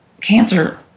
cancer